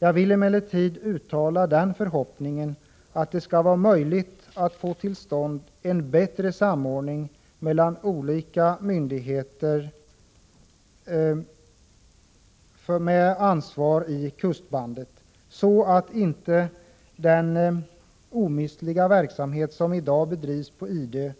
Jag vill emellertid uttala förhoppningen att det skall vara möjligt att få till stånd en bättre samordning mellan olika myndigheter med ansvar i kustbandet, så att inte den omistliga verksamhet som i dag bedrivs på Idö